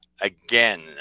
again